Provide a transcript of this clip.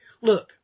look